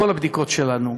מכל הבדיקות שלנו,